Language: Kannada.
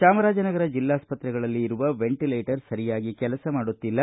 ಚಾಮರಾಜನಗರ ಜಿಲ್ಲಾಸ್ಪತ್ರೆಗಳಲ್ಲಿ ಇರುವ ವೆಂಟಲೇಟರ್ ಸರಿಯಾಗಿ ಕೆಲಸ ಮಾಡುತ್ತಿಲ್ಲ